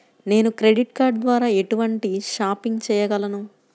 నేను credit card ద్వార ఎటువంటి షాపింగ్ చెయ్యగలను?